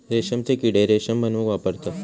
रेशमचे किडे रेशम बनवूक वापरतत